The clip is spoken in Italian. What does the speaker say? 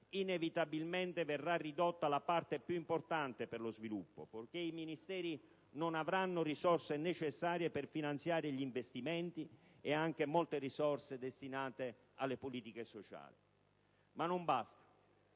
inevitabilmente verrà ridotta la parte più importante per lo sviluppo poiché i Ministeri non avranno risorse necessarie per finanziare gli investimenti e anche molte risorse destinate alle politiche sociali. Ma non basta.